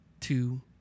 Two